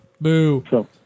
boo